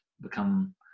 become